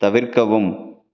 தவிர்க்கவும்